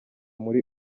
muri